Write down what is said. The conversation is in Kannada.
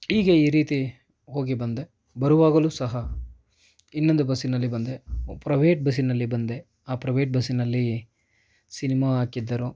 ಹೀಗೆ ಈ ರೀತಿ ಹೋಗಿ ಬಂದೆ ಬರುವಾಗಲೂ ಸಹ ಇನ್ನೊಂದು ಬಸ್ಸಿನಲ್ಲಿ ಬಂದೆ ಪ್ರವೇಟ್ ಬಸ್ಸಿನಲ್ಲಿ ಬಂದೆ ಆ ಪ್ರವೇಟ್ ಬಸ್ಸಿನಲ್ಲಿ ಸಿನಿಮಾ ಹಾಕಿದ್ದರು